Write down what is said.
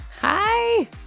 Hi